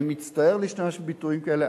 אני מצטער להשתמש בביטויים כאלה,